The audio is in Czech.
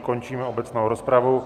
Končím obecnou rozpravu.